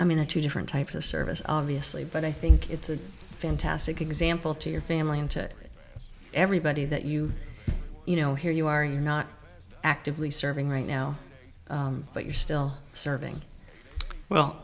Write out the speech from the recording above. i mean the two different types of service obviously but i think it's a fantastic example to your family everybody that you you know here you are you're not actively serving right now but you're still serving well